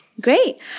Great